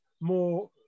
more